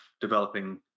developing